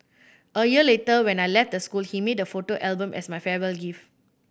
a year later when I left the school he made a photo album as my farewell gift